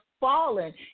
fallen